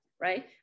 right